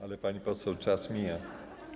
Ale, pani poseł, czas mija.